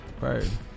right